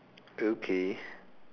okay